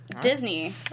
Disney